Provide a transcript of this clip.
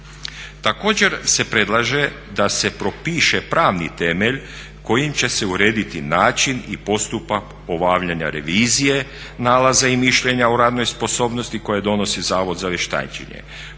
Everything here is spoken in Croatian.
Također se predlaže da se propiše pravni temelj kojim će se urediti načini i postupak obavljanja revizije nalaza i mišljenja o radnoj sposobnosti koje donosi Zavod za vještačenje.